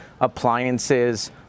appliances